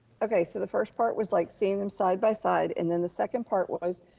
okay so the first part was like seeing them side by side, and then the second part was,